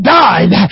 died